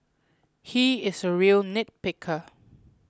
he is a real nitpicker